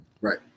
Right